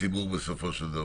בציבור בסופו של דבר.